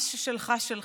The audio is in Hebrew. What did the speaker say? מה ששלך, שלך.